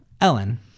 Ellen